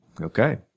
Okay